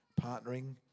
partnering